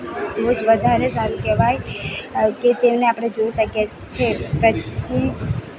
બહુ જ વધારે સારું કહેવાય કે તેને આપણે જોઈ શકીએ છીએ પછી